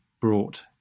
brought